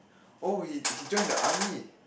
oh he he join the army